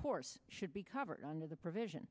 course should be covered under the provision